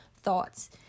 thoughts